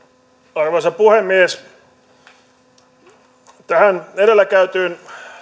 arvoisa puhemies viitaten edellä käytyyn